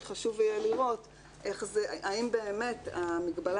שחשוב יהיה לראות האם באמת המגבלה